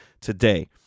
today